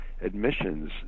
admissions